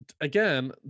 again